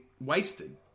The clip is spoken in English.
wasted